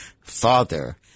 father